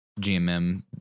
GMM